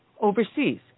overseas